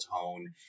tone